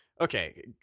okay